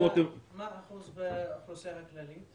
מה האחוז באוכלוסייה הכללית?